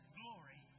glory